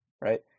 right